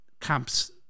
camps